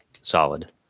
solid